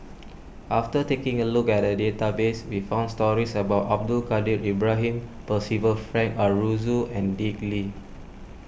after taking a look at the database we found stories about Abdul Kadir Ibrahim Percival Frank Aroozoo and Dick Lee